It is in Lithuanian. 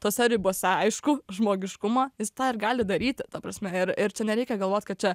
tose ribose aišku žmogiškumo jis tą ir gali daryti ir ta prasme ir ir čia nereikia galvot kad čia